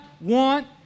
want